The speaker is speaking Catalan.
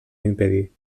impedir